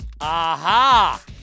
Aha